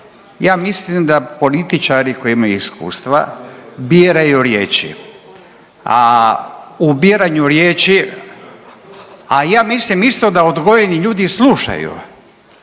Ja mislim da političari koji imaju iskustva biraju riječi, a u biranju riječi, a ja mislim isto da odgojeni ljudi slušaju,